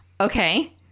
Okay